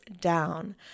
down